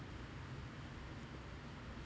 you